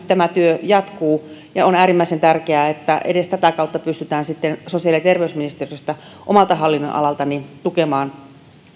tämä työ nyt jatkuu ja on äärimmäisen tärkeää että edes tätä kautta pystytään sitten sosiaali ja terveysministeriöstä omalta hallinnonalaltani tukemaan